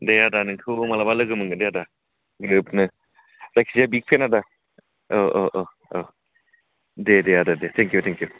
दे आदा नोंखौबो मालाबा लोगो मोनगोन दे आदा ग्रोबनो जायखिजाया बिग फेन आदा औ औ ओह ओह दे दे आदा दे टेंकिउ टेंकिउ